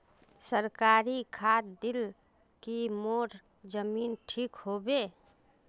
सरकारी खाद दिल की मोर जमीन ठीक होबे?